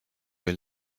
were